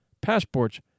passports